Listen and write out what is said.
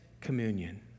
communion